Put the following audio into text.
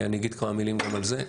אני אגיד כמה מילים גם על זה.